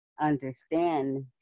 understand